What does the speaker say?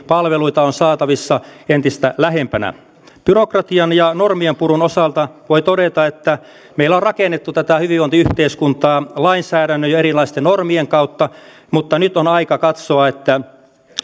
palveluita on saatavissa entistä lähempänä byrokratian ja normienpurun osalta voi todeta että meillä on rakennettu tätä hyvinvointiyhteiskuntaa lainsäädännön ja erilaisten normien kautta mutta nyt on aika katsoa että